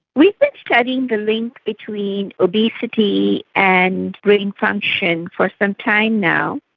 we've been studying the link between obesity and brain function for some time now.